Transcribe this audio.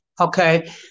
okay